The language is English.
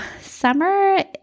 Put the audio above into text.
summer